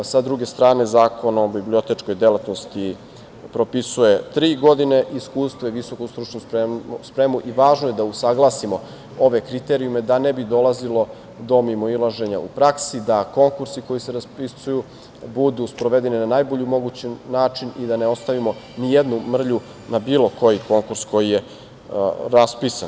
Sa druge strane, Zakon o bibliotečkoj delatnosti propisuje tri godine iskustva i visoku stručnu spremu i važno je da usaglasimo ove kriterijume, da ne bi dolazilo do mimoilaženja u praksi, da konkursi koji se raspisuju budu sprovedeni na najbolji mogući način i da ne ostavimo nijednu mrlju na bilo koji konkurs koji je raspisan.